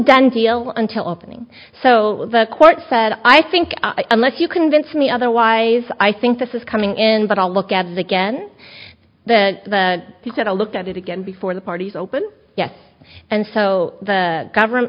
done deal until opening so the court said i think unless you convince me otherwise i think this is coming in but i'll look at the again he said a look at it again before the parties open yet and so the government